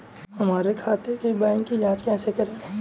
हमारे खाते के बैंक की जाँच कैसे करें?